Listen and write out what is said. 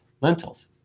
lentils